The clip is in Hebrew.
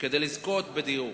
כדי לזכות בדיור,